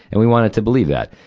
and we wanted to believe that.